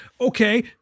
okay